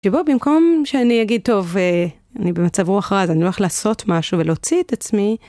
שבו במקום שאני אגיד טוב, אני במצב רוח רע, אז אני הולכת לעשות משהו ולהוציא את עצמי.